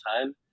time